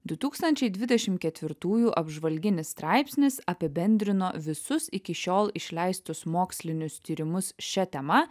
du tūkstančiai dvidešimt ketvirtųjų apžvalginis straipsnis apibendrino visus iki šiol išleistus mokslinius tyrimus šia tema